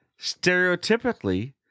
stereotypically